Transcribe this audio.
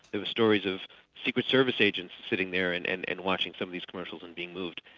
there were stories of secret service agents sitting there and and and watching some of these commercials and being moved.